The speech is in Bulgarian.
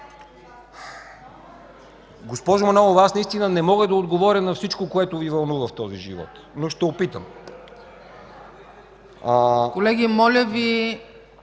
Госпожо Манолова, аз наистина не мога да отговоря на всичко, което Ви вълнува в този живот, но ще опитам. (Реплики.)